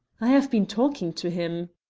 i have been talking to him.